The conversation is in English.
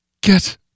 Get